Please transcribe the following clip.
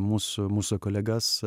mūsų mūsų kolegas